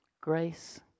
Grace